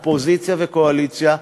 אופוזיציה וקואליציה,